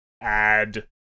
add